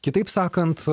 kitaip sakant